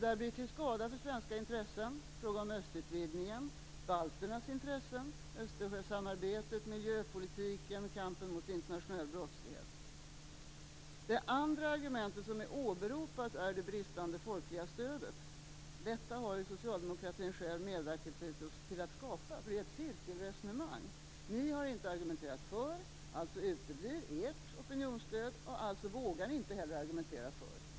Det blir till skada för svenska intressen i fråga om östutvidgningen, balternas intressen, Östersjösamarbetet, miljöpolitiken och kampen mot den internationella brottsligheten. Det andra argumentet som är åberopat är det bristande folkliga stödet. Detta har socialdemokratin själv medverkat till att skapa. Det är ett cirkelresonemang - ni har inte argumenterat för, alltså uteblir ert opinionsstöd, alltså vågar ni inte heller argumentera för.